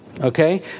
Okay